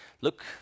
look